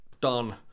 done